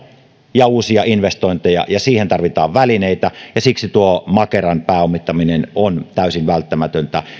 ja uusia investointeja ja siihen tarvitaan välineitä siksi tuo makeran pääomittaminen on täysin välttämätöntä